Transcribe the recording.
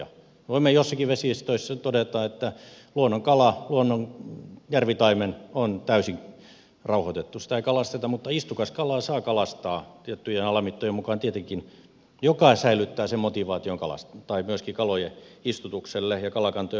voimme joissakin vesistöissä todeta että luonnonkala luonnon järvitaimen on täysin rauhoitettu sitä ei kalasteta mutta istukaskalaa saa kalastaa tiettyjen alamittojen mukaan tietenkin mikä säilyttää sen motivaation myöskin kalojen istutukselle ja kalakantojen hoidolle paikallisesti